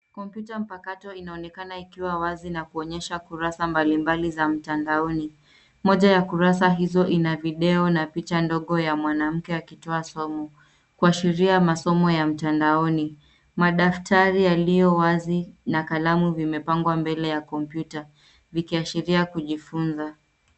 Kompyuta mpakato inaonekana ikiwa wazi na kuonyesha kurasa mbalimbali za mtandaoni. Moja ya kurasa hizo ina video na picha ndogo ya mwanamke akitoa somo, kuashiria masomo ya mtandaoni. Madaftari yaliyowazi na kalamu vimepangwa mbele ya kompyuta, vikiashiria kujifunza.